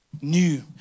New